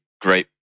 great